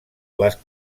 les